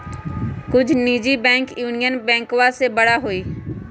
कुछ निजी bank union बैंकवा से बड़ा हई